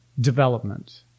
development